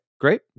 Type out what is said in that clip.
great